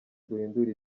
duhindura